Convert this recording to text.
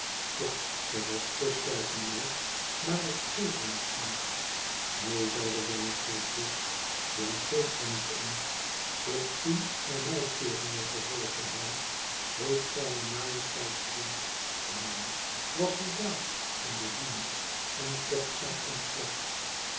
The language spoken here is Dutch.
ja ze was te sterk mijnheer maar ik geef er niet om neen zeide wemmick koeltjes jij geeft er niet om zich toen naar mij keerende vervolgde hij heeft zijne majesteit gediend die man was soldaat in de linie en kocht zijn ontslag